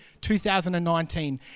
2019